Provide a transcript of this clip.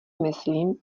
myslím